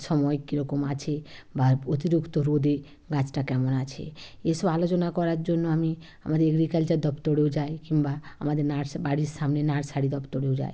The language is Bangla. সময় কী রকম আছে বা অতিরিক্ত রোদে গাছটা কেমন আছে এসব আলোচনা করার জন্য আমি আমাদের এগ্রিকালচার দপ্তরেও যাই কিংবা আমাদের নার্স বাড়ির সামনে নার্সারি দপ্তরেও যায়